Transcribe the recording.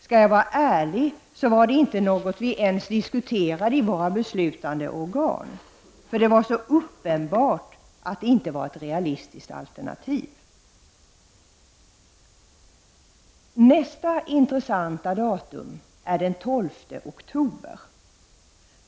Skall jag vara ärlig, var det något vi inte ens diskuterade i våra beslutande organ, för det var så uppenbart att det inte var ett realistiskt alternativ. Nästa intressanta datum är den 12 oktober.